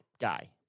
guy